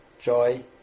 joy